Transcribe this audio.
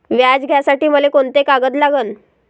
व्याज घ्यासाठी मले कोंते कागद लागन?